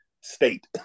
state